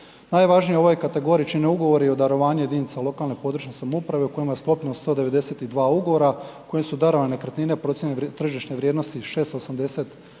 Najvažniji u ovoj kategoriji čine ugovori o darovanju jedinica lokalne i područne samouprave u kojima je sklopljeno 192 ugovora kojim su darovane nekretnine procijenjene tržišne vrijednosti 680